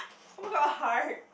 oh-my-god heart